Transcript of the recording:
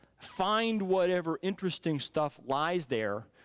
find whatever interesting stuff lies there,